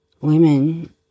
women